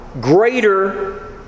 greater